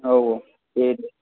औ औ दे दे